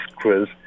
quiz